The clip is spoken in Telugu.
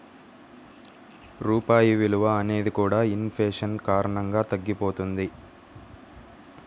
రూపాయి విలువ అనేది కూడా ఇన్ ఫేషన్ కారణంగా తగ్గిపోతది